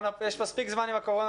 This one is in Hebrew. יש לנו עוד מספיק זמן עם הקורונה,